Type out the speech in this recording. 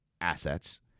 assets